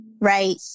right